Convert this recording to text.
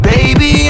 Baby